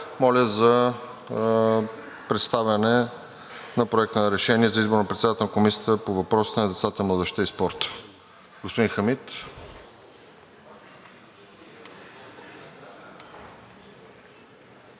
Моля за представяне на Проекта на решение за избор на председател на Комисията по въпросите на децата, младежта и спорта. Господин Хамид.